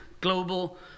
global